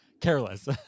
careless